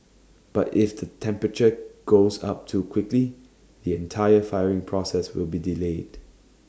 but if the temperature goes up too quickly the entire firing process will be delayed